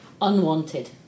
unwanted